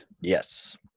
Yes